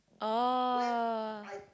oh